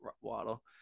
Waddle